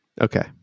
okay